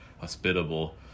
hospitable